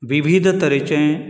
विविध तरेचें